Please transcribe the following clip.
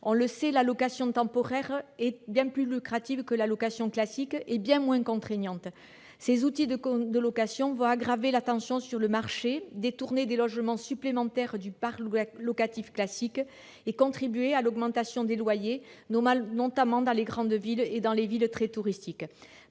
On le sait, la location temporaire est bien plus lucrative que la location classique, et bien moins contraignante. Ces outils de location vont aggraver la tension sur le marché, détourner des logements supplémentaires du parc locatif classique et contribuer à l'augmentation des loyers, notamment dans les grandes villes et dans les villes très touristiques.